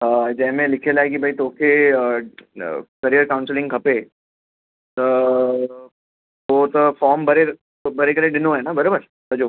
हा जंहिंमें लिखियलु आहे कि भाई तोखे करियर काऊंसलिंग खपे त पोइ त फॉर्म भरे भरे करे ॾिनो आहे न बरोबर सॼो